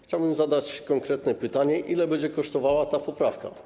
Chciałbym zadać konkretne pytanie: Ile będzie kosztowała ta poprawka?